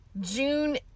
June